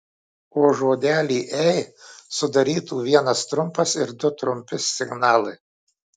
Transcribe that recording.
o žodelį ei sudarytų vienas trumpas ir du trumpi signalai